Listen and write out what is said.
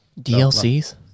DLCs